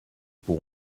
pour